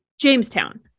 Jamestown